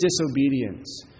disobedience